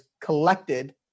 collected